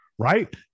Right